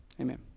Amen